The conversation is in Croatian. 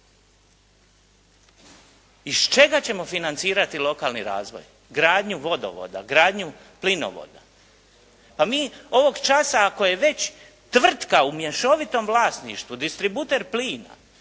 Iz čega ćemo financirati lokalni razvoj, gradnju vodovoda, gradnju plinovoda? Pa mi ovog časa, ako je već tvrtka u mješovitom vlasništvu, distributer plina,